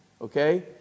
Okay